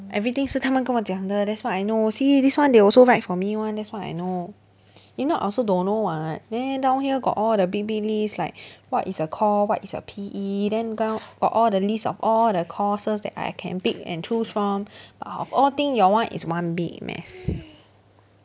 everything 是他们跟我讲的 that's why I know see this one they also write for me [one] that's why I know if not I also don't know [what] neh down here got all the big big list like what is a core what is a P_E then all all the list of all the courses that I can pick and choose from but of all thing your one is one big mess